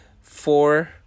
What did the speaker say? four